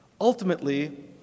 Ultimately